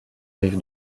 rive